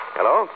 Hello